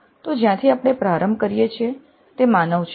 તો જ્યાંથી આપણે પ્રારંભ કરીએ છીએ તે માનવ છે